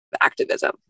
activism